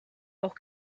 auch